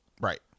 Right